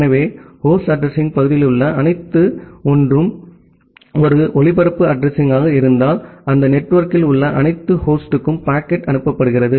எனவே ஹோஸ்ட் அட்ரஸிங்ப் பகுதியிலுள்ள அனைத்து 1 பேரும் ஒரு ஒளிபரப்பு அட்ரஸிங்யாக இருந்தால் அந்த நெட்வொர்க்கில் உள்ள அனைத்து ஹோஸ்டுக்கும் பாக்கெட் அனுப்பப்படுகிறது